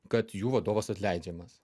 kad jų vadovas atleidžiamas